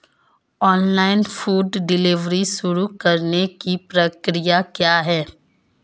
Online food delivery शुरू करने की प्रक्रिया क्या है?